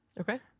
Okay